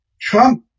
Trump